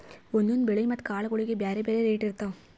ಒಂದೊಂದ್ ಬೆಳಿ ಮತ್ತ್ ಕಾಳ್ಗೋಳಿಗ್ ಬ್ಯಾರೆ ಬ್ಯಾರೆ ರೇಟ್ ಇರ್ತವ್